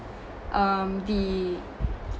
um the